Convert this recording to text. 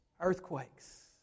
Earthquakes